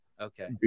Okay